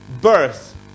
birth